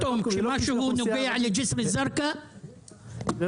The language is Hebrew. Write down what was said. פתאום כשמשהו נוגע לג'סר א-זרקא --- ראשית,